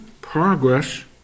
progress